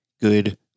good